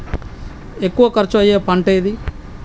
ఎక్కువ ఖర్చు అయ్యే పంటేది?